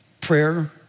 Prayer